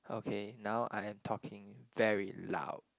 okay now I am talking very loud